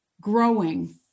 growing